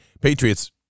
Patriots